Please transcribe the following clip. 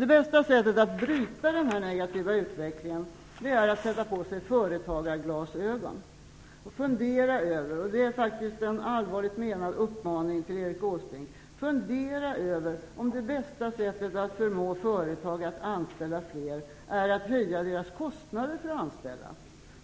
Det bästa sättet att bryta denna negativa utveckling är att sätta på sig företagarglasögon. Fundera över - och det är faktiskt en allvarligt menad uppmaning till Erik Åsbrink - om det bästa sättet att förmå företag att anställa fler är att höja deras kostnader för anställda.